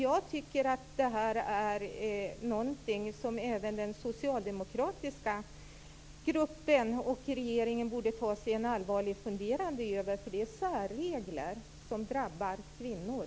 Jag tycker att det här är någonting som även den socialdemokratiska gruppen och regeringen borde ta sig en allvarlig funderare på, därför att det är särregler som drabbar kvinnor.